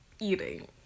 eating